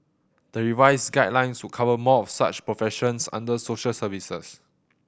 the revised guidelines would cover more of such professions under social services